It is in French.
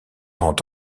rend